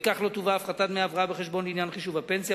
וכך לא תובא הפחתת דמי ההבראה בחשבון לעניין חישוב הפנסיה,